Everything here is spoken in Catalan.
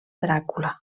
dràcula